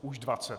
Už 20.